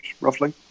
roughly